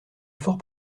fort